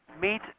meet